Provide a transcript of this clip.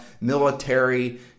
military